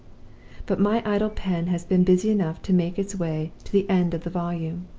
but my idle pen has been busy enough to make its way to the end of the volume.